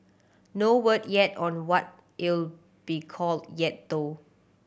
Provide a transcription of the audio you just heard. no word yet on what it'll be called yet though